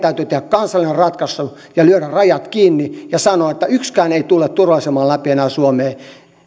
täytyy tehdä kansallinen ratkaisu ja lyödä rajat kiinni ja sanoa että yksikään ei tule turva aseman läpi enää suomeen